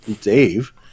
dave